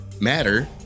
matter